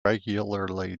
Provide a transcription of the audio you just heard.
regularly